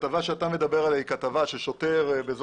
הכתבה שאתה מדבר עליה היא כתבה ששוטר באזור